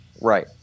Right